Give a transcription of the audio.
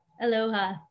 Aloha